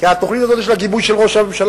כי התוכנית הזאת יש לה גיבוי של ראש הממשלה